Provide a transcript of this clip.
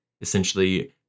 essentially